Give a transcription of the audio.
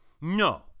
No